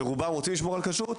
שרובם רוצים לשמור על כשרות,